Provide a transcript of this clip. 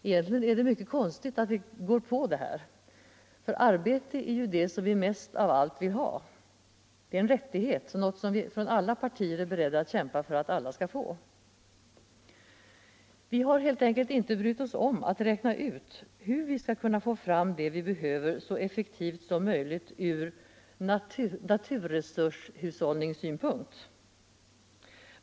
Egentligen är det mycket konstigt 60 att vi går på det här, för arbete är ju det som vi mest av allt vill ha. Det är en rättighet, något som vi från alla partier är beredda att kämpa för att alla skall få. Vi har helt enkelt inte brytt oss om att räkna ut hur vi skall kunna få fram det vi behöver så effektivt som möjligt ur naturresurshushållningssynpunkt.